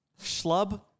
Schlub